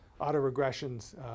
autoregressions